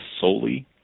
solely